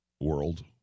world